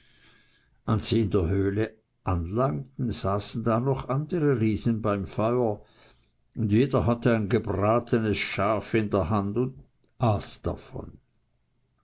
der höhle anlangten saßen da noch andere riesen beim feuer und jeder hatte ein gebratenes schaf in der hand und aß davon